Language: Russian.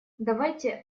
давайте